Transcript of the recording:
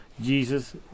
Jesus